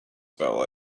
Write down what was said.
fell